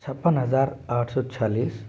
छप्पन हज़ार आठ सौ छियालीस